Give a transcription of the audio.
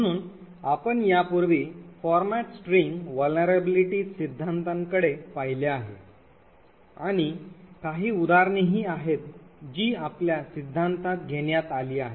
म्हणून आपण यापूर्वी Format String Vulnerabilities सिद्धांताकडे पाहिले आहे आणि काही उदाहरणेही आहेत जी आपल्या सिद्धांतात घेण्यात आली आहेत